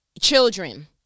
children